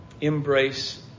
embrace